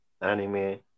anime